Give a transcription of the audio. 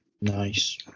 Nice